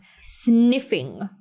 sniffing